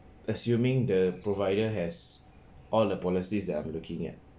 assuming the provider has all the policies that I'm looking at